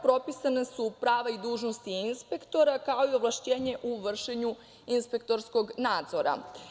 Propisana su prava i dužnosti inspektora, kao i ovlašćenje u vršenju inspektorskog nadzora.